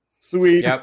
Sweet